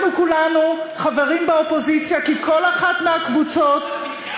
אנחנו כולנו חברים באופוזיציה כי כל אחת מהקבוצות,